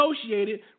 associated